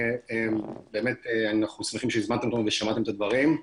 באמת אנחנו שמחים שהזמנתם אותנו ושמעתם את הדברים,